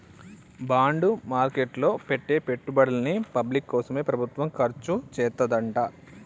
bond market లో పెట్టే పెట్టుబడుల్ని పబ్లిక్ కోసమే ప్రభుత్వం ఖర్చుచేత్తదంట